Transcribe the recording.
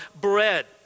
bread